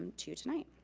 to you tonight.